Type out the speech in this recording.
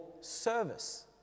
service